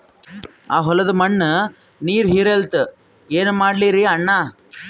ಆ ಹೊಲದ ಮಣ್ಣ ನೀರ್ ಹೀರಲ್ತು, ಏನ ಮಾಡಲಿರಿ ಅಣ್ಣಾ?